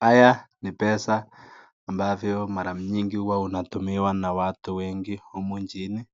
Haya ni pesa ambavyo mara nyingi huwa unatumiwa na watu wengi humu nchini.